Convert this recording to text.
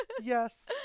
Yes